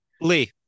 Lee